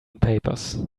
papers